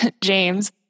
James